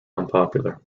unpopular